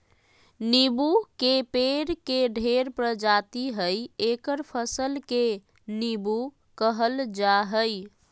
नीबू के पेड़ के ढेर प्रजाति हइ एकर फल के नीबू कहल जा हइ